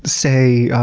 say,